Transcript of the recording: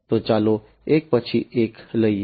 તો ચાલો એક પછી એક લઈએ